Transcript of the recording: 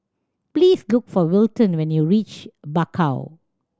please look for Wilton when you reach Bakau